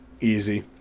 easy